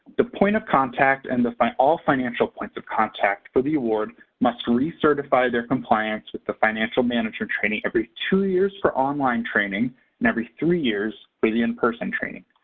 the point of contact and the all financial points of contact for the award must re-certify their compliance with the financial management training every two years for online training and every three years for the in-person training.